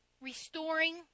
restoring